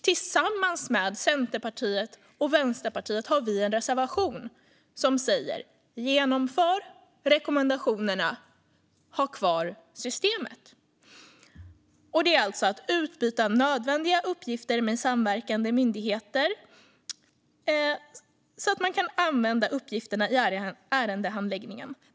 Tillsammans med Centerpartiet och Vänsterpartiet har vi en reservation där det sägs att man ska genomföra rekommendationerna och ha kvar systemet. Riksrevisionens rekommendationer handlar om att Migrationsverket ska kunna utbyta nödvändiga uppgifter med samverkande myndigheter, så att myndigheten kan använda uppgifterna i ärendehandläggningen.